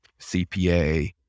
CPA